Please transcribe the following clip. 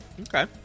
Okay